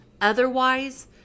otherwise